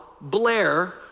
Blair